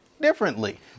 differently